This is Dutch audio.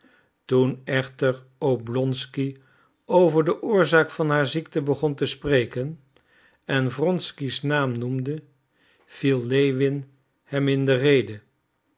toen echter oblonsky over de oorzaak van haar ziekte begon te spreken en wronsky's naam noemde viel lewin hem in de rede